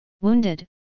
Wounded